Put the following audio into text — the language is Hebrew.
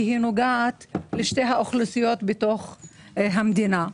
כי היא נוגעת לשתי אוכלוסיות בתוך המדינה.